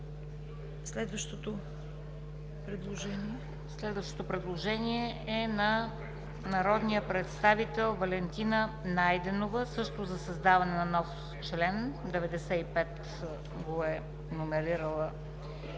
Следващото предложение е на народния представител Валентина Найденова, също за създаване на нов чл. 95, както го е номерирала